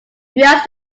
whereas